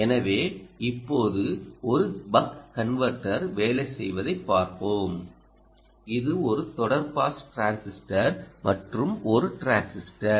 எனவே இப்போதுஒரு buck converter வேலை செய்வதைப் பார்ப்போம்இது ஒரு தொடர் பாஸ் டிரான்சிஸ்டர் மற்றும் ஒருடிரான்சிஸ்டர்